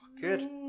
good